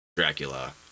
Dracula